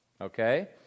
okay